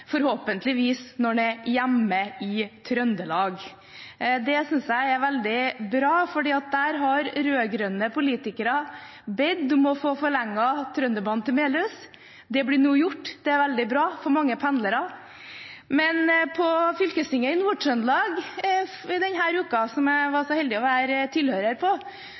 er hjemme i Trøndelag. Det synes jeg er veldig bra, for der har rød-grønne politikere bedt om å få forlenget Trønderbanen til Melhus. Det blir nå gjort, og det er veldig bra for mange pendlere. Men på fylkestinget i Nord-Trøndelag denne uken, der jeg var så heldig å få være tilhører,